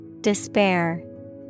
Despair